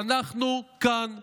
ואנחנו כאן בשבילם.